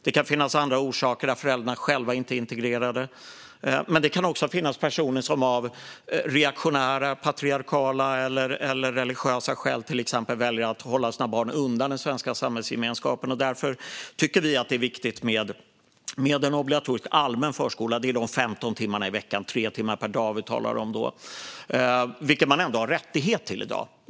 Det kan finnas andra orsaker, som att föräldrarna själva inte är integrerade. Det kan också finnas personer som av exempelvis reaktionära, patriarkala eller religiösa skäl väljer att hålla sina barn undan den svenska samhällsgemenskapen. Vi tycker därför att det är viktigt med en obligatorisk allmän förskola. Det är alltså 15 timmar per vecka, tre timmar per dag, som vi talar om, vilket är en rättighet i dag.